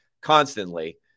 constantly